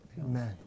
Amen